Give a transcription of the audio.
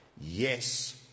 Yes